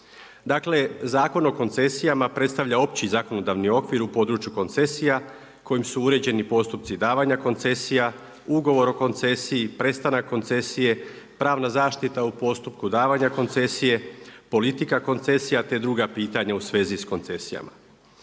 Dakle, Zakon o koncesijama predstavlja opći zakonodavni okvir u području koncesija kojim su uređeni postupci davanja koncesija, ugovor o koncesiji, prestanak koncesije, pravna zaštita u postupku davanja koncesije, politika koncesija, te druga pitanja u svezi koncesija.